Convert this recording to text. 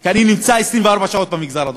כי אני נמצא 24 שעות ביממה במגזר הדרוזי.